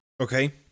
Okay